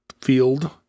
field